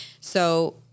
So-